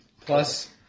plus